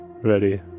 ready